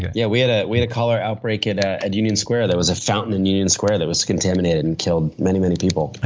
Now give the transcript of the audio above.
yeah. we had ah we had a cholera outbreak at ah and union square. there was a fountain in union square that was contaminated and killed many, many people.